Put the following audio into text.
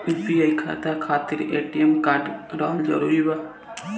UPI खाता खातिर ATM card रहल जरूरी बा?